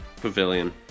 pavilion